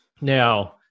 now